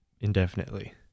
indefinitely